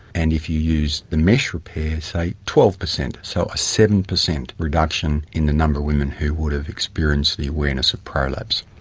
and if you use the mesh repair, say twelve percent. so a seven percent reduction in the number of women who would have experienced the awareness of prolapse.